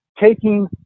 taking